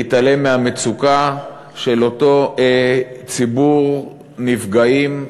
להתעלם מהמצוקה של אותו ציבור נפגעים,